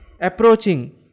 Approaching